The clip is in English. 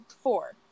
four